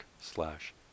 slash